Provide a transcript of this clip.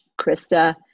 Krista